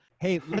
Hey